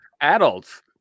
adults